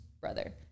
brother